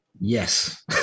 Yes